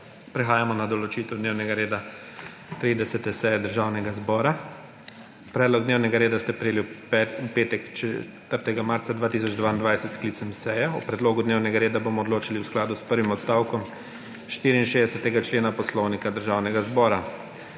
Prehajamo na **določitev dnevnega reda** 30. seje Državnega zbora. Predlog dnevnega reda ste prejeli v petek, 4. marca 2022, s sklicem seje. O predlogu dnevnega reda bomo odločali v skladu s prvim odstavkom 64. člena Poslovnika Državnega zbora.